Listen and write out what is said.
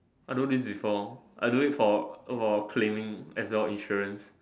I do this before I do this for for claiming as well insurance